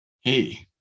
Hey